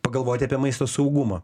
pagalvoti apie maisto saugumą